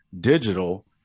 digital